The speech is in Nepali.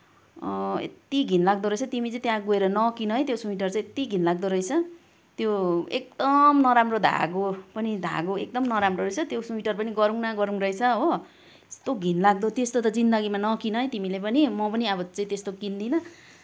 यति घिनलाग्दो रहेछ तिमी चाहिँ त्यहाँ गएर नकिन है त्यो स्विटर चाहिँ यति घिनलाग्दो रहेछ त्यो एकदम नराम्रो धागो पनि धागो एकदम नराम्रो रहेछ त्यो स्विटर पनि गरुङ न गरुङ रहेछ हो यस्तो घिनलाग्दो त्यस्तो त जिन्दगीमा नकिन है तिमीले पनि म पनि अब चाहिँ त्यस्तो किन्दिनँ